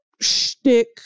shtick